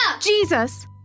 Jesus